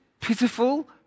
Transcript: pitiful